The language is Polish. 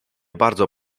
bardzo